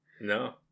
no